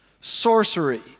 Sorcery